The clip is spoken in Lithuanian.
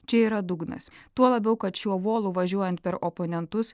čia yra dugnas tuo labiau kad šiuo volu važiuojant per oponentus